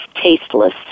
tasteless